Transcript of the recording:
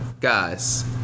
guys